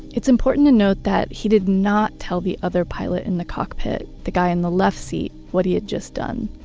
it's important to note that he did not tell the other pilot in the cockpit, the guy in the left seat, what he had just done.